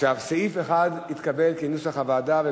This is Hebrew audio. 1 התקבל כנוסח הוועדה.